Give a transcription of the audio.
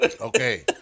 Okay